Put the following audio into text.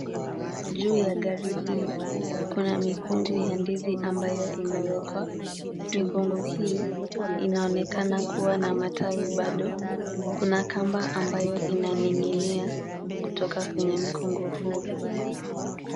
Juu ya gari hii, kuna mikungu ya ndizi ambayo imewekwa. Mikungu hii inaonekana kuwa na matawi bado. Kuna kamba ambayo inaning'inia kutoka kwenye mkungu huu.